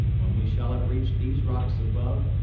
when we shall have reached these rocks above,